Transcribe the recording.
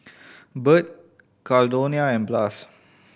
Burt Caldonia and Blas